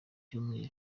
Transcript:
cyumweru